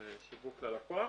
שיווק ללקוח.